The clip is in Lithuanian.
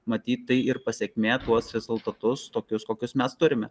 matyt tai ir pasekmė tuos rezultatus tokius kokius mes turime